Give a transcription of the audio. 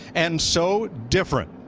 and so different.